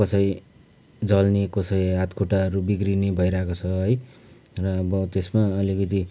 कसै जल्ने कसै हात खुट्टाहरू बिग्रिने भइरहेको छ है र अब त्यसमा अलिकति